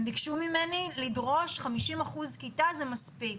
הם ביקשו ממני לדרוש 50% כיתה זה מספיק.